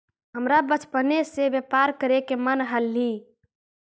हमरा बचपने से व्यापार करे के मन हलई